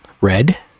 red